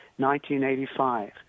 1985